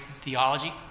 theology